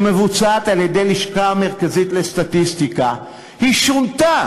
שמבוצעת על-ידי הלשכה המרכזית לסטטיסטיקה, השיטה